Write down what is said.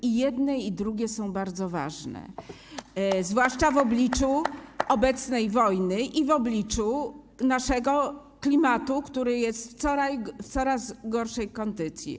I jedne, i drugie są bardzo ważne, zwłaszcza w obliczu obecnej wojny i w obliczu naszego klimatu, który jest w coraz gorszej kondycji.